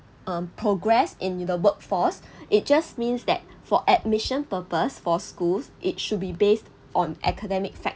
um progress in the workforce it just means that for admission purpose for schools it should be based on academic factors